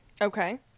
Okay